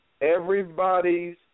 everybody's